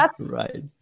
right